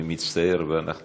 אני מצטער, אנחנו